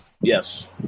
Yes